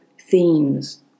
themes